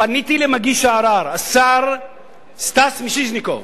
פניתי למגיש הערר, השר סטס מיסז'ניקוב,